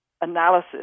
analysis